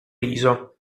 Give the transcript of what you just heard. riso